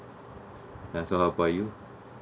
ya so how about you oh